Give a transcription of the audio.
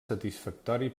satisfactori